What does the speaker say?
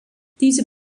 diese